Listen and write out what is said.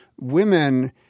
women